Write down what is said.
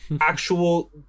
actual